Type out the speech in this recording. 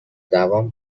دوام